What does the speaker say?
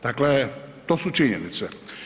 Dakle, to su činjenice.